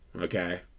Okay